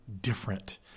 different